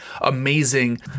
amazing